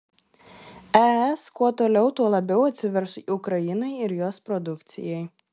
es kuo toliau tuo labiau atsivers ukrainai ir jos produkcijai